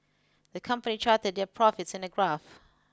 the company charted their profits in a graph